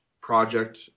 project